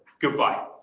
goodbye